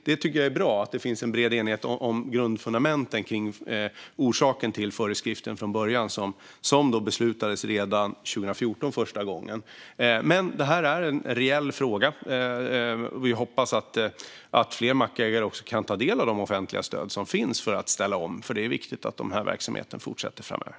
Det är bra att det finns en bred enighet om grundfundamenten kring orsaken till föreskriften, som beslutades första gången redan 2014. Det här är en reell fråga. Vi hoppas att fler mackägare kan ta del av de offentliga stöd som finns för att ställa om. Det är viktigt att de här verksamheterna fortsätter framöver.